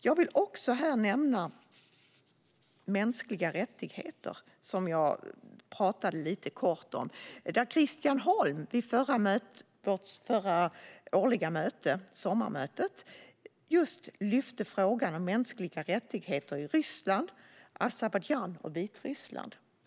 Jag vill här också nämna mänskliga rättigheter, som jag talat lite kort om. Vid det förra årliga mötet, sommarmötet, lyfte Christian Holm upp frågan om mänskliga rättigheter i Ryssland, Azerbajdzjan och Vitryssland.